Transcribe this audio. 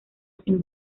sin